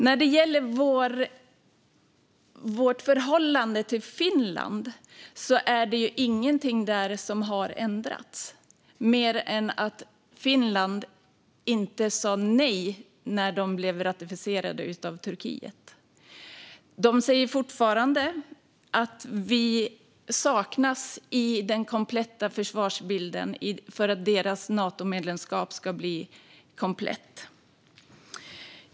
När det gäller Sveriges förhållande till Finland är det ingenting som har ändrats mer än att Finland inte sa nej när deras ansökan blev ratificerad av Turkiet. De säger fortfarande att Sverige saknas i försvarsbilden och för att deras Natomedlemskap ska bli komplett.